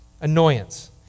Annoyance